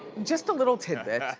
just a little tidbit.